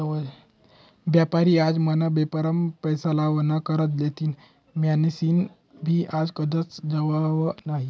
बेपारी आज मना बेपारमा पैसा लावा ना करता येतीन म्हनीसन मी आज कथाच जावाव नही